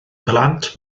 blant